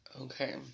Okay